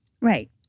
Right